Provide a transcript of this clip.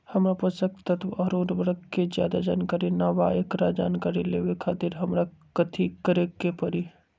हमरा पोषक तत्व और उर्वरक के ज्यादा जानकारी ना बा एकरा जानकारी लेवे के खातिर हमरा कथी करे के पड़ी?